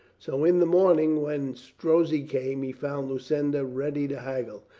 so in the morning, when strozzi came, he found lucinda ready to haggle.